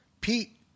Pete